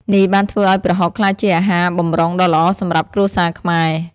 នេះបានធ្វើឱ្យប្រហុកក្លាយជាអាហារបម្រុងដ៏ល្អសម្រាប់គ្រួសារខ្មែរ។